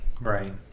Right